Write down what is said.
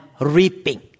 reaping